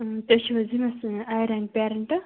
تُہۍ چھِو حظ ییٚمِس اَیرا ہٕنۍ پیرنٛٹ